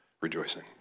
rejoicing